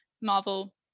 Marvel